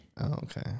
okay